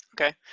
Okay